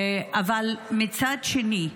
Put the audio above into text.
אבל מצד שני,